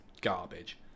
garbage